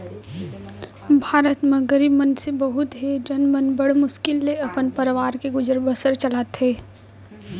भारत म गरीब मनसे बहुत हें जेन मन बड़ मुस्कुल ले अपन परवार के गुजर बसर चलाथें